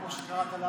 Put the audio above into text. כמו שקראת לה,